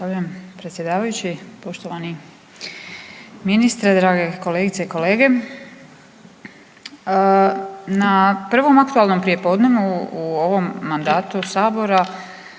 Zahvaljujem predsjedavajući. Poštovani ministre, drage kolegice i kolege. Na prvom aktualnom prijepodnevu u ovom mandatu Sabora